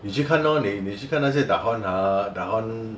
你去看 lor 你你去看那些 dahon ah dahon